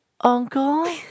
Uncle